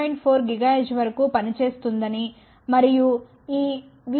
4 GHz వరకు పనిచేస్తుందని మరియు ఈ VCO 1